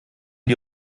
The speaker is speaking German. die